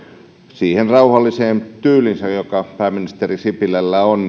siihen rauhalliseen tyyliinsä joka pääministeri sipilällä on